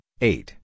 eight